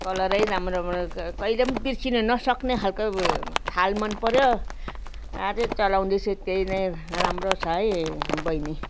कलरै राम्रो कहिले पनि बिर्सिनु नसक्ने खालको थाल मनपर्यो आजै चलाउँदैछु त्यही नै राम्रो छ है बहिनी